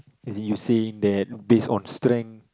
as in you saying that based on strength